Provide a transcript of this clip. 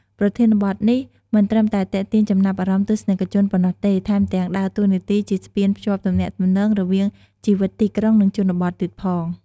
ប្រធានបទនេះមិនត្រឹមតែទាក់ទាញចំណាប់អារម្មណ៍ទស្សនិកជនប៉ុណ្ណោះទេ ថែមទាំងដើរតួនាទីជាស្ពានភ្ជាប់ទំនាក់ទំនងរវាងជីវិតទីក្រុង និងជនបទទៀតផង។